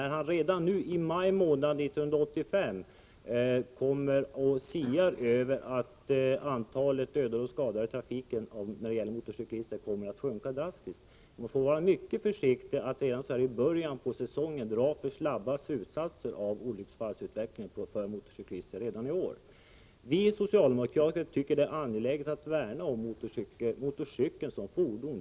Rolf Clarkson kommer nu i juni och siar om att antalet dödade och skadade motorcyklister i trafiken kommer att sjunka drastiskt. Man måste vara mycket försiktig med att så här i början av säsongen dra snabba slutsatser av olycksfallsutvecklingen för motorcyklister i år. Vi socialdemokrater tycker det är angeläget att värna om motorcykeln som fordon.